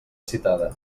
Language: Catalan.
citada